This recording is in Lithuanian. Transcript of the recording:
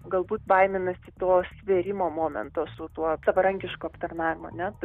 galbūt baiminasi to svėrimo momento su tuo savarankiško aptarnavimo net